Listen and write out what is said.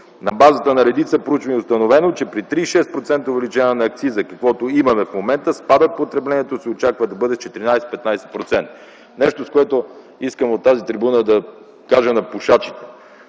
На базата на редица проучвания е установено, че при 36% увеличение на акциза, каквото имаме в момента, спадът на потреблението се очаква да бъде 14-15%. Нещо, което искам да кажа от тази трибуна на пушачите,